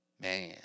man